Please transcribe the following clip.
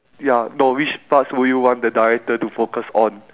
ya no which parts would you want the director to focus on